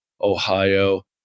Ohio